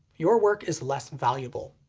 your work is less valuable.